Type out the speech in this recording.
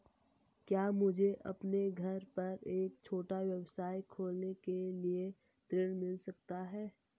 क्या मुझे अपने घर पर एक छोटा व्यवसाय खोलने के लिए ऋण मिल सकता है?